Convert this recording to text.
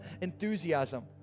enthusiasm